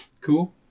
Cool